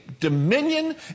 Dominion